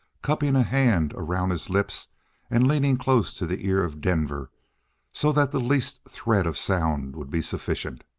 cupping a hand around his lips and leaning close to the ear of denver so that the least thread of sound would be sufficient.